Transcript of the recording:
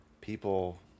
people